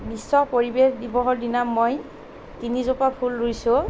বিশ্ব পৰিৱেশ দিৱসৰ দিনা মই তিনিজোপা ফুল ৰুইছোঁ